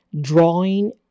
drawing